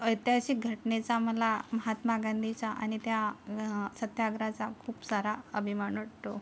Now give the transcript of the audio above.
ऐतिहासिक घटनेचा मला महात्मा गांधीचा आणि त्या सत्याग्रहाचा खूप सारा अभिमान वाटतो